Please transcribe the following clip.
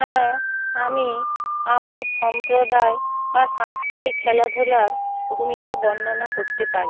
হ্যাঁ আমি আমার সম্প্রদায় বা সাংস্কৃতিক খেলাধূলার ভূমিকা বর্ণনা করতে পারি